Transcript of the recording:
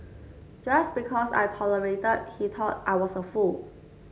just because I tolerated he thought I was a fool